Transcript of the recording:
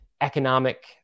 economic